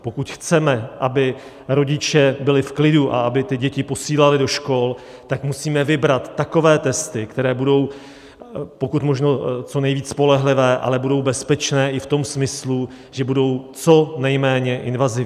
Pokud chceme, aby rodiče byli v klidu a aby děti posílali do škol, musíme vybrat takové testy, které budou pokud možno co nejvíc spolehlivé, ale budou bezpečné i v tom smyslu, že budou co nejméně invazivní.